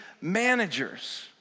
managers